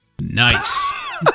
Nice